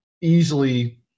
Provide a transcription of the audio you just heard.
easily